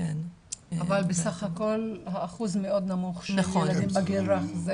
אבל בסך הכול האחוז מאוד נמוך של ילדים בגיל הרך.